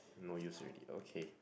no use already okay